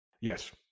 Yes